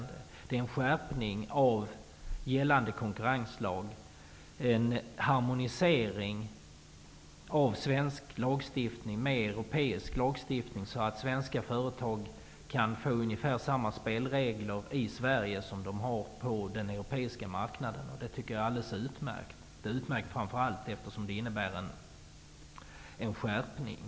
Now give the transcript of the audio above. Det visar på en skärpning av gällande konkurrenslag och en harmonisering av svensk lagstiftning med europeisk, så att svenska företag kan få ungefär samma spelregler i Sverige som de har på den europeiska marknaden. Det tycker jag är alldeles utmärkt, framför allt som det innebär en skärpning.